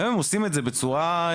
היום הם עושים את זה בצורה סבירה,